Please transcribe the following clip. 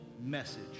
message